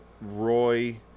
Roy